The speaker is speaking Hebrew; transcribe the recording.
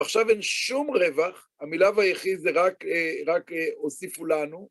עכשיו אין שום רווח, המילה והיחיד זה רק, רק הוסיפו לנו.